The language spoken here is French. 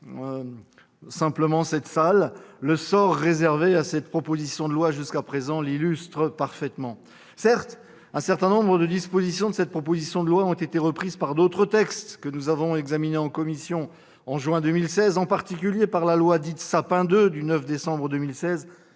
notre hémicycle ... Le sort réservé à cette proposition de loi jusqu'à présent l'illustre parfaitement. Certes, un certain nombre de dispositions de la proposition de loi ont été reprises par d'autres textes depuis que nous l'avons examinée en commission, en juin 2016, en particulier par la loi du 9 décembre 2016,